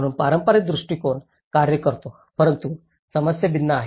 म्हणून पारंपरिक दृष्टीकोन कार्य करतो परंतु समस्या भिन्न आहेत